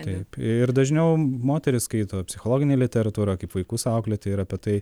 taip ir dažniau moterys skaito psichologinę literatūrą kaip vaikus auklėti ir apie tai